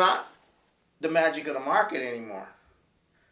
not the magic of the market anymore